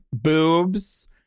boobs